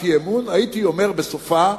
אי-אמון, הייתי אומר בסופה: